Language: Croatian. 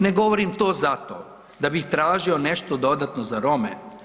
Ne govorim to zato da bih tražio nešto dodatno za Rome.